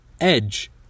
edge